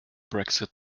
brexit